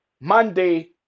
Monday